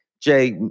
Jay